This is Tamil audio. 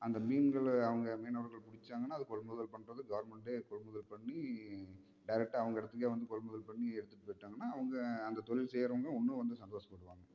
அந்த மீன்களை அவங்க மீனவர்கள் பிடிச்சாங்கன்னா அது கொள்முதல் பண்ணுறது கவர்மெண்ட்டே கொள்முதல் பண்ணி டேரக்டா அவங்க இடத்துக்கே வந்து கொள்முதல் பண்ணி எடுத்துகிட்டு போயிட்டாங்கன்னால் அவங்க அந்த தொழில் செய்யுறவங்க இன்னும் வந்து சந்தோஷப்படுவாங்க